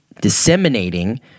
disseminating